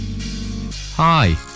Hi